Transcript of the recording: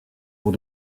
aux